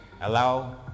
Allow